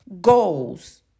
goals